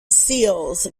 seals